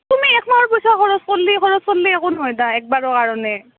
তুমি একমাহৰ পইচা খৰচ কৰিলে খৰচ কৰিলে একো নহয় দে একবাৰৰ কাৰণে